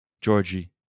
Georgie